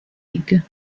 league